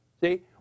See